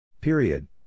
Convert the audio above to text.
Period